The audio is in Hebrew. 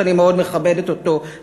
שאני מאוד מכבדת אותו,